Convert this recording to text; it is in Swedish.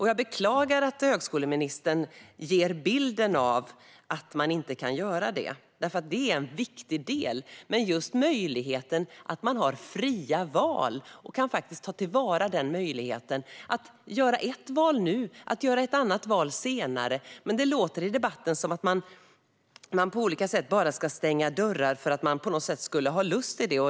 Jag beklagar att högskoleministern ger bilden att man inte kan göra det. Det är en viktig del, och det handlar om möjligheten att göra fria val. Man kan ta till vara den möjligheten och göra ett val nu och ett annat val senare. I debatten låter det dock som att vi ska stänga dörrar för att vi på något sätt skulle ha lust till det.